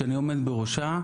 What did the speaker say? ואני עומד בראשה,